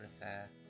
affair